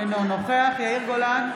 אינו נוכח יאיר גולן,